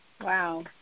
Wow